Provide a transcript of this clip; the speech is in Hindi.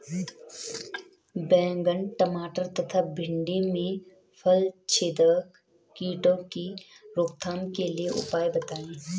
बैंगन टमाटर तथा भिन्डी में फलछेदक कीटों की रोकथाम के उपाय बताइए?